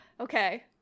Okay